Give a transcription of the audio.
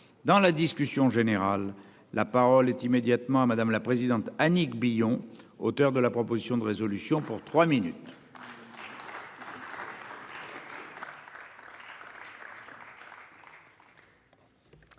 Dans la discussion générale. La parole est immédiatement à madame la présidente Annick Billon, auteur de la proposition de résolution pour 3 minutes. Merci monsieur